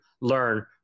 learn